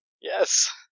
Yes